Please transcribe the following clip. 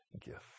gift